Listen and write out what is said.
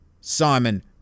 Simon